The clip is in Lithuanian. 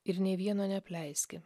ir nė vieno neapleiski